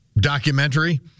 documentary